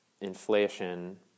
inflation